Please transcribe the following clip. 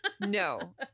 no